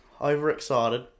overexcited